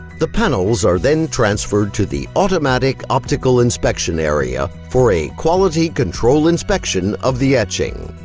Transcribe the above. the panels are then transferred to the automatic optical inspection area for a quality control inspection of the etching.